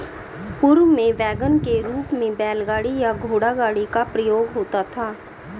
पूर्व में वैगन के रूप में बैलगाड़ी या घोड़ागाड़ी का प्रयोग होता था